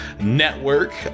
Network